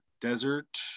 desert